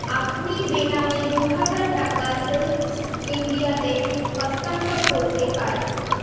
আপনি বেনামে দু হাজার টাকা হেল্পেজ ইন্ডিয়াতে হস্তান্তর করতে পারেন